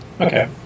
okay